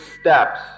steps